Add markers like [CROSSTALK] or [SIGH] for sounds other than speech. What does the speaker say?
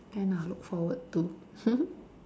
can ah look forward to [LAUGHS]